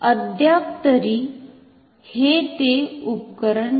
अद्यापतरी ते हे उपकरण नाही